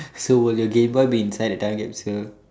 so will your gameboy be inside the time capsule